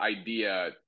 idea